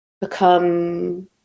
become